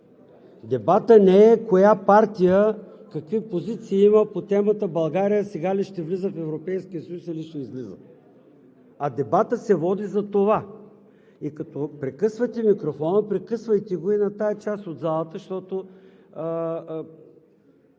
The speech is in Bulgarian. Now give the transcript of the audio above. Дебатът не е коя партия какви позиции има по темата: България сега ли ще влиза в Европейския съюз, или ще излиза, а дебатът се води за това. И като прекъсвате микрофона, прекъсвайте го и на тази част от залата (сочи